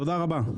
תודה רבה.